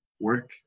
work